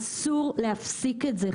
אסור להפסיק את זה,